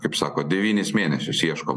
kaip sako devynis mėnesius ieškom